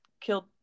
killed